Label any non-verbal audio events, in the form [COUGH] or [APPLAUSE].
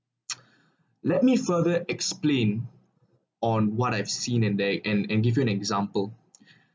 [NOISE] let me further explain on what I've seen and tha~ and and give you an example